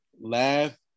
laugh